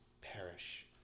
perish